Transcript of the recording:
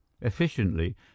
Efficiently